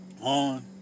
On